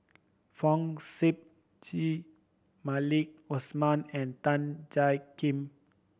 Fong Sip Chee Maliki Osman and Tan Jiak Kim